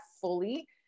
fully